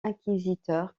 inquisiteur